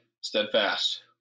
steadfast